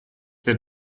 der